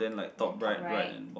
then top right